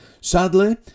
Sadly